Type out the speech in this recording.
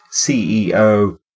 CEO